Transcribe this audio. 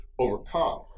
Overcome